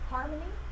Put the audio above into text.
Harmony